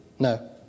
No